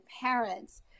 parents